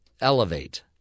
elevate